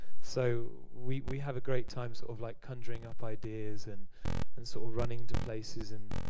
so we have a great time sort of like conjuring up ideas, and and so running to places, and.